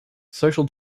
social